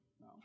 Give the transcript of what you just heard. No